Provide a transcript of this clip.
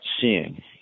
seeing